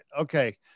Okay